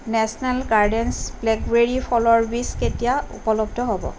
national gardens blackberry ফলৰ বীজ কেতিয়া উপলব্ধ হ'ব